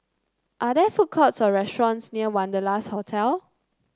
are there food courts or restaurants near Wanderlust Hotel